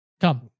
come